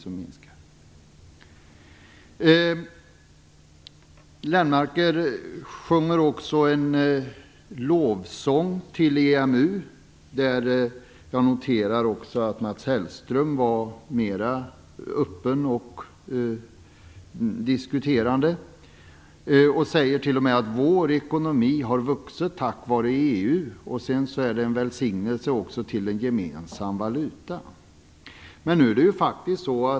Göran Lennmarker sjunger också en lovsång till EMU. Jag noterar där att Mats Hellström var mer öppen och diskuterande. Göran Lennmarker säger t.o.m. att vår ekonomi har vuxit tack vare EU och att en gemensam valuta är till välsignelse.